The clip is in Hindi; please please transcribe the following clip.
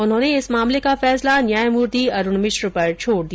उन्होंने इस मामले का फैसला न्यायमूर्ति अरूण मिश्र पर छोड़ दिया